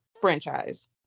franchise